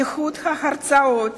איכות ההרצאות